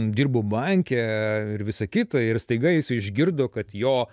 dirbo banke ir visa kita ir staiga jis išgirdo kad jo